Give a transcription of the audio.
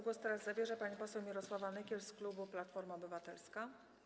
Głos teraz zabierze pani poseł Mirosława Nykiel z klubu Platforma Obywatelska.